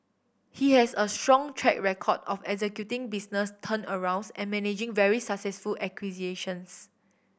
he has a strong track record of executing business turnarounds and managing very successful acquisitions